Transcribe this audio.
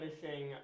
finishing